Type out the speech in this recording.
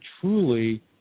truly